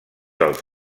els